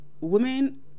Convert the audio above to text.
women